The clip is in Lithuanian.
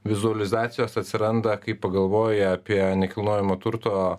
vizualizacijos atsiranda kai pagalvoji apie nekilnojamo turto